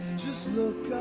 just look